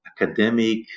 academic